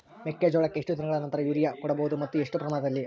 ಮೆಕ್ಕೆಜೋಳಕ್ಕೆ ಎಷ್ಟು ದಿನಗಳ ನಂತರ ಯೂರಿಯಾ ಕೊಡಬಹುದು ಮತ್ತು ಎಷ್ಟು ಪ್ರಮಾಣದಲ್ಲಿ?